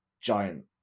giant